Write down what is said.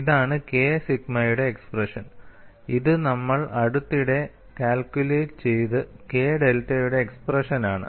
ഇതാണ് K സിഗ്മയുടെ expression ഇത് നമ്മൾ അടുത്തിടെ കാൽക്കുലേറ്റ് ചെയ്ത് k ഡെൽറ്റയുടെ എക്സ്പ്രഷനാണ്